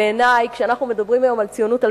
כשאנחנו מדברים היום על ציונות 2010,